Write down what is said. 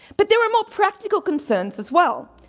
but there are more practical concerns as well.